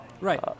right